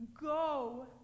Go